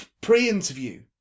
pre-interview